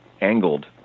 angled